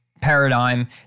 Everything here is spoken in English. paradigm